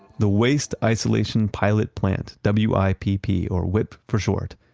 the waste isolation pilot plant, w i p p or wipp for short,